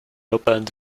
opened